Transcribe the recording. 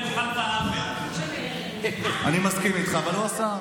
יחידה מיוחדת שאמורה להתחיל לפעול, אבל הפלא ופלא,